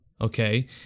okay